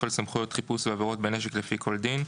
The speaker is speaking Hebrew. על סמכויות חיפוש ועבירות בנשק לפי כל דין,